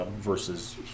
Versus